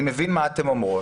אני מבין מה אתן אומרות.